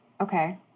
Okay